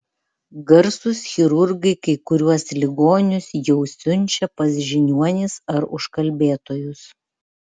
garsūs chirurgai kai kuriuos ligonius jau siunčia pas žiniuonis ar užkalbėtojus